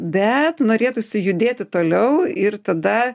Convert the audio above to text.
bet norėtųsi judėti toliau ir tada